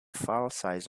filesize